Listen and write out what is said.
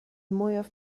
mwyaf